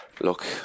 look